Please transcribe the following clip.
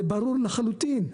זה ברור לחלוטין,